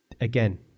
again